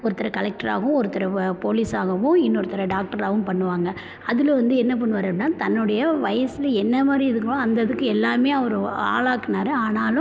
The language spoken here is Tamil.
ஒருத்தரை கலெக்டராகவும் ஒருத்தரை வ போலீஸ்ஸாகவும் இன்னொருத்தரை டாக்டராகவும் பண்ணுவாங்க அதில் வந்து என்ன பண்ணுவார் அப்படின்னா தன்னோடைய வயசில் என்ன மாதிரி இருக்கணுமோ அந்த இதுக்கு எல்லாமே அவர் ஆளாக்குனார் ஆனாலும்